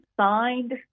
signed